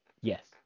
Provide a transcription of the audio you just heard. Yes